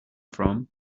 from